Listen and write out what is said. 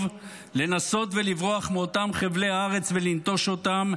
לנסות ולברוח מאותם חבלי ארץ ולנטוש אותם,